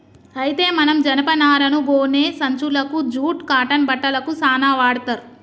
అయితే మనం జనపనారను గోనే సంచులకు జూట్ కాటన్ బట్టలకు సాన వాడ్తర్